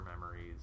memories